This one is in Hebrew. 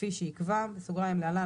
כפי שיקבע (להלן,